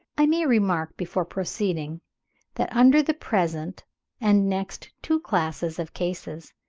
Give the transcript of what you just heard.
i may remark before proceeding that, under the present and next two classes of cases,